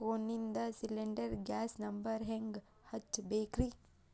ಫೋನಿಂದ cylinder gas number ಹೆಂಗ್ ಹಚ್ಚ ಬೇಕ್ರಿ?